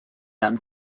them